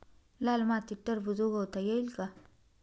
लाल मातीत टरबूज उगवता येईल का?